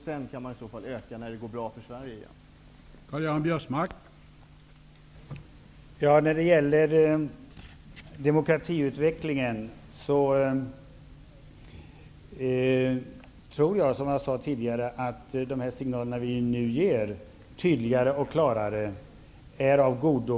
Sedan kan man, när det går bra för Sverige igen, öka på.